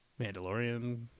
Mandalorian